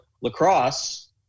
lacrosse